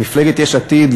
מפלגת יש עתיד,